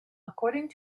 according